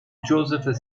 joseph